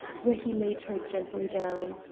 where he laid her gently down.